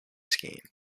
scheme